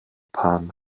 pan